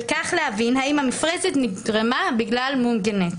וכך להבין האם המפרצת נגרמה בגלל מום גנטי.